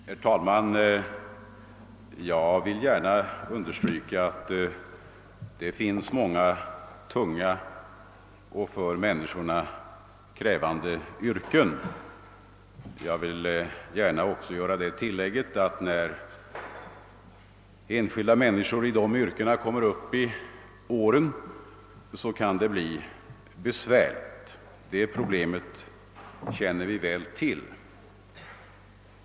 Herr talman! Jag vill gärna understryka att det finns många tunga och för människorna krävande yrken och att stora svårigheter kan uppstå för enskilda människor i dessa yrken då de kommer upp i åren — det problemet känner vi väl till.